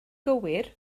gywir